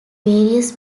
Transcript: various